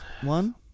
one